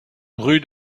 rue